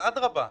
אז אדרבה,